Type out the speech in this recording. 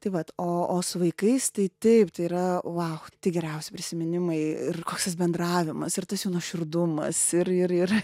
tai vat o o su vaikais tai taip tai yra vau tik geriausi prisiminimai ir koks tas bendravimas ir tas jų nuoširdumas ir ir ir